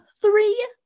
three